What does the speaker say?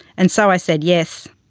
and so i said yes.